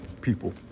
people